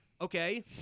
Okay